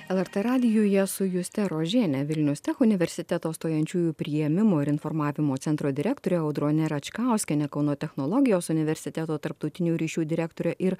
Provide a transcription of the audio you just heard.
lrt radijuje su juste rožiene vilnius tech universiteto stojančiųjų priėmimo ir informavimo centro direktore audrone račkauskiene kauno technologijos universiteto tarptautinių ryšių direktore ir